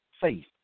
faith